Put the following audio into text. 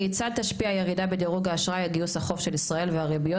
כיצד תשפיע הירידה בדירוג האשראי על גיוס החוב של ישראל והריביות,